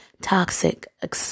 toxic